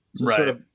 Right